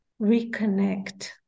reconnect